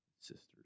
sisters